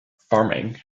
farming